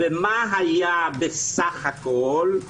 ומה היה בסך הכול?